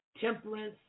temperance